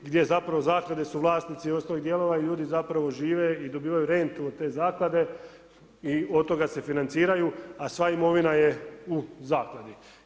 Gdje zapravo zaklade su vlasnici i ostalih djelovanja i ljudi zapravo žive i dobivaju rentu od te zaklade i od toga se financiranju a sva imovina je u zakladi.